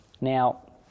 Now